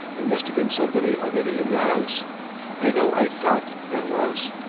there must've been somebody already in the house i know i thought there was.